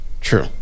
True